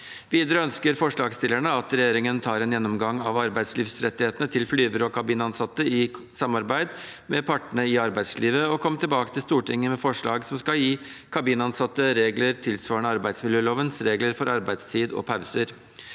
Videre ønsker forslagsstillerne at regjeringen tar en gjennomgang av arbeidslivsrettighetene til flygere og kabinansatte i samarbeid med partene i arbeidslivet, og kommer tilbake til Stortinget med forslag som skal gi kabinansatte regler tilsvarende arbeidsmiljølovens regler for arbeidstid og pauser.